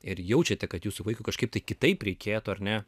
ir jaučiate kad jūsų vaikui kažkaip kitaip reikėtų ar ne